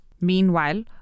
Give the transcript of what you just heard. Meanwhile